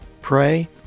Pray